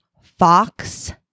Fox